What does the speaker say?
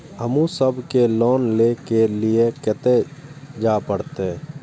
हमू सब के लोन ले के लीऐ कते जा परतें?